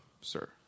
sir